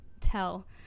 tell